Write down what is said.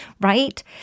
Right